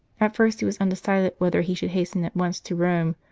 at first he was undecided whether he should hasten at once to rome,